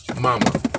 mama